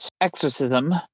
exorcism